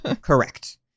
Correct